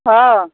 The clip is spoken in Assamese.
অ'